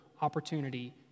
opportunity